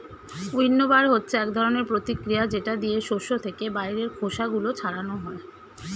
উইন্নবার হচ্ছে এক ধরনের প্রতিক্রিয়া যেটা দিয়ে শস্য থেকে বাইরের খোসা গুলো ছাড়ানো হয়